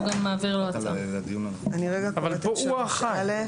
והוא גם מעביר לו --- אבל פה הוא האחראי.